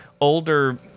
older